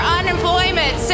unemployment